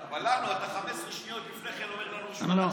אבל לנו אתה 15 שניות לפני כן אומר לנו: משפט אחרון.